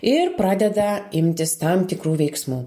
ir pradeda imtis tam tikrų veiksmų